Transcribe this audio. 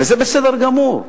וזה בסדר גמור,